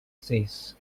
says